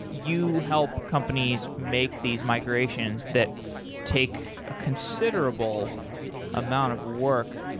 you help companies make these migrations that take a considerable amount of work.